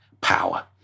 power